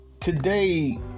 Today